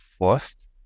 first